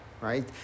Right